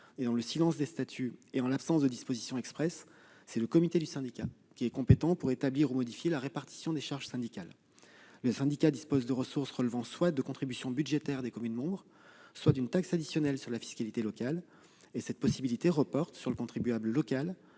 ; dans le silence des statuts et en l'absence de disposition expresse, le comité du syndicat est compétent pour établir ou modifier la répartition des charges syndicales. Le syndicat dispose de ressources relevant soit de contributions budgétaires des communes, soit d'une taxe additionnelle sur la fiscalité locale- cette seconde possibilité reportant sur le contribuable local,